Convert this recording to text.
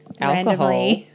alcohol